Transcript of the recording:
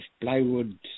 plywood